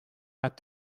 had